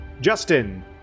Justin